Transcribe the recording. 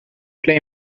play